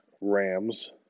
Rams